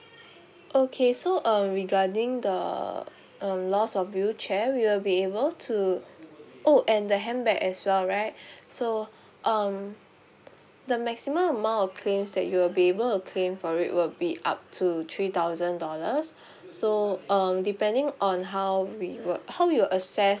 okay so uh regarding the um loss of wheelchair we will be able to oh and the handbag as well right so um the maximum amount of claims that you will be able to claim for it will be up to three thousand dollars so um depending on how we will how we'll assess